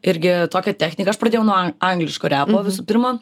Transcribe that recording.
irgi tokią techniką aš pradėjau nuo an angliško repo visų pirma